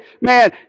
man